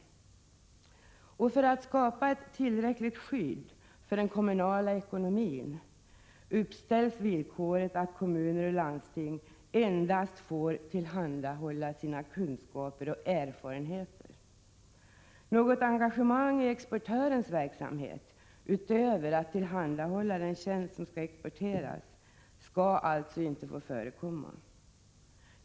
För skapande av ett tillräckligt skydd för den kommunala ekonomin uppställs villkoret att kommuner och landstingskommuner endast får tillhandahålla sina kunskaper och erfarenheter. Något engagemang i exportörens verksamhet, utöver att tillhandahålla den tjänst som skall exporteras, skall alltså inte få förekomma.